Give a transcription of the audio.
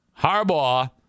Harbaugh